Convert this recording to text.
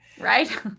Right